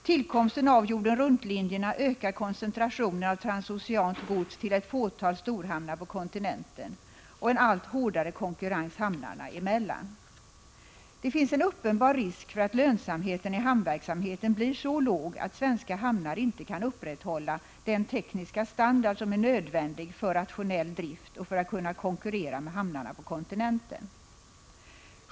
Tillkomsten av jordenruntlinjerna ökar koncentrationen av transoceanskt gods till ett fåtal storhamnar på kontinenten och en allt hårdare konkurrens hamnarna emellan. Det finns en uppenbar risk för att lönsamheten i hamnverksamheten blir så låg att svenska hamnar inte kan upprätthålla den tekniska standard som är nödvändig för rationell drift och för att kunna konkurrera med hamnarna på kontinenten.